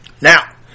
Now